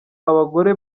abagore